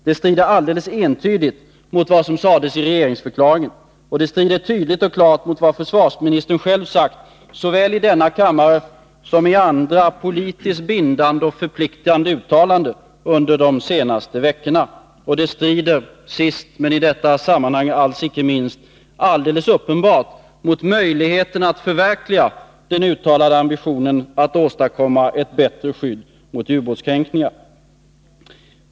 Det strider alldeles entydigt mot vad som sades i regeringsförklaringen, och det strider tydligt och klart mot vad försvarsministern själv sagt såväl i denna Nr 26 kammare som i andra politiskt bindande och förpliktande uttalanden under Måndagen den de senaste veckorna. Och det strider — sist men i detta sammanhang alls icke 15 november 1982 minst — alldeles uppenbart mot den uttalade ambitionen att åstadkomma ett bättre skydd mot ubåtskränkningar.